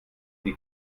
die